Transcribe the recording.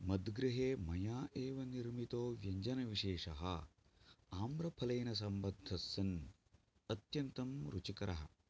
मद् गृहे मया एव निर्मितो व्यञ्जनविशेषः आम्रफलेन सम्बद्धः सन्न् अत्यन्तं रुचिकरः